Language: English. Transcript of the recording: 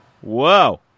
Whoa